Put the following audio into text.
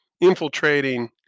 infiltrating